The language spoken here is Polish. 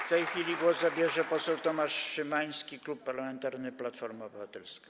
W tej chwili głos zabierze poseł Tomasz Szymański, Klub Parlamentarny Platforma Obywatelska.